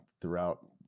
throughout